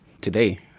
today